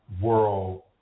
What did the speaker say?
world